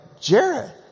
Jared